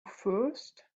first